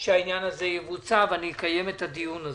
שהעניין הזה יבוצע, ואני אקיים את הדיון הזה.